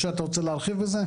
משה, אתה רוצה להרחיב בזה?